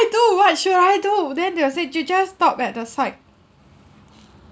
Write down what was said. do what should I do then they were say ju~ just stop at the side